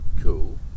Cool